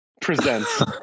presents